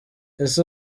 ese